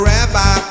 Rabbi